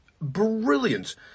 brilliant